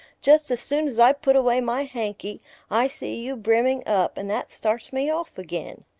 just as soon as i put away my hanky i see you brimming up and that starts me off again.